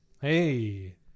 Hey